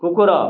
କୁକୁର